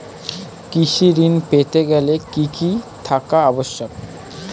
কৃষি ঋণ পেতে গেলে কি কি থাকা আবশ্যক?